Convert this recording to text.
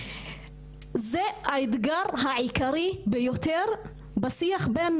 זה האתגר העיקרי ביותר בשיח בין